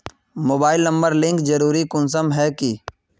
Mobile number link जरुरी कुंसम है की?